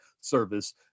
service